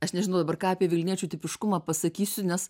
aš nežinau dabar ką apie vilniečių tipiškumą pasakysiu nes